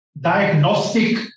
diagnostic